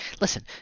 Listen